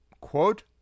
quote